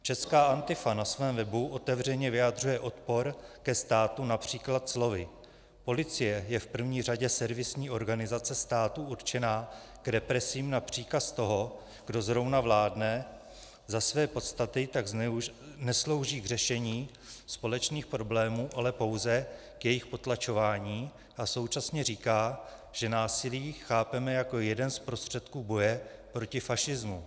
Česká Antifa na svém webu otevřeně vyjadřuje odpor ke státu například slovy: Policie je v první řadě servisní organizace státu určená k represím na příkaz toho, kdo zrovna vládne, ze své podstaty tak neslouží k řešení společných problémů, ale pouze k jejich potlačování, a současně říká, že násilí chápeme jako jeden z prostředků boje proti fašismu.